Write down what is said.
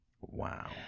Wow